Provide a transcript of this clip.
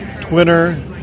twitter